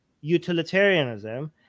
utilitarianism